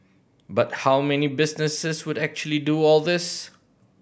but how many businesses would actually do all this